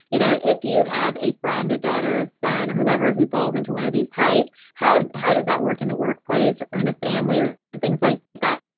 you know if you have a friend, a daughter, a son or whoever who falls into one of these types, how how does that work in the workplace or or in the family or things like that?